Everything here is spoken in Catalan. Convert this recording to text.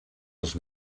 els